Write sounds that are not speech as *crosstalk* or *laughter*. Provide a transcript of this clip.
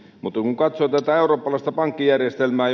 mutta kun katsoo tätä eurooppalaista pankkijärjestelmää *unintelligible*